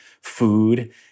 food